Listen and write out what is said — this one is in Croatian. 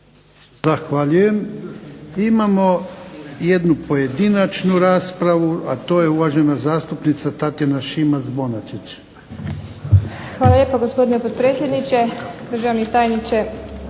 Zahvaljujem. Imamo jednu pojedinačnu raspravu, a to je uvažena zastupnica Tatjana Šimac-Bonačić. **Šimac Bonačić, Tatjana (SDP)** Hvala lijepa gospodine potpredsjedniče, državni tajniče